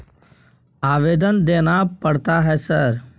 आवेदन देना पड़ता है सर?